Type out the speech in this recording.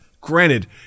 granted